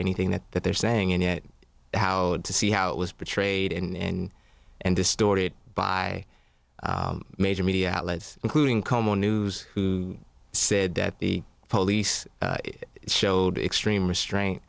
anything that that they're saying and yet how to see how it was betrayed in and distorted by major media outlets including como news who said that the police showed extreme restraint